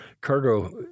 cargo